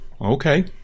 okay